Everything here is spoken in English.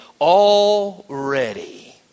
already